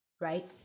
Right